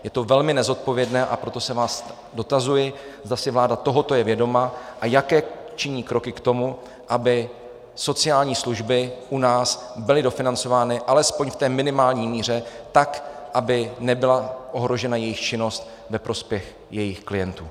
Je to velmi nezodpovědné, a proto se vás dotazuji, zda si vláda tohoto je vědoma a jaké činí kroky k tomu, aby sociální služby u nás byly dofinancovány alespoň v té minimální míře, tak aby nebyla ohrožena jejich činnost ve prospěch jejich klientů.